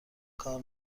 کار